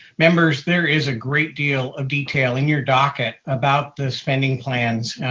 members, there is a great deal of detail in your docket about the spending plans,